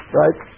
right